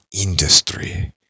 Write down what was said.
industry